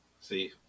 See